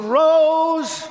rose